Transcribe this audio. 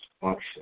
function